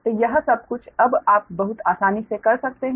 तो यह सब कुछ अब आप बहुत आसानी से कर सकते हैं